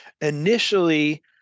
Initially